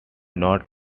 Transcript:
not